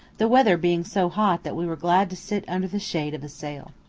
the weather being so hot that we were glad to sit under the shade of a sail.